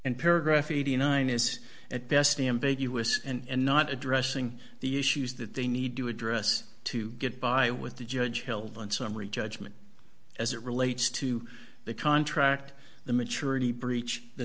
and paragraph eighty nine is at best ambiguous and not addressing the issues that they need to address to get by with the judge held on summary judgment as it relates to the contract the maturity breach the